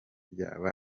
byaba